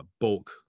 bulk